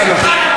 אני לא מאפשר לך.